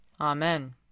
Amen